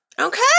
Okay